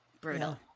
Brutal